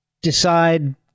decide